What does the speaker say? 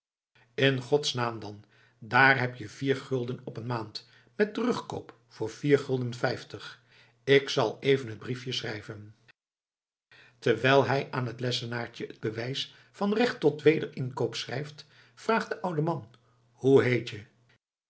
in gods naam dan daar heb je vier gulden op een maand met terugkoop voor vier gulden vijftig k zal even het briefje schrijven terwijl hij aan het lessenaartje het bewijs van recht tot wederinkoop schrijft vraagt de oude man hoe heet je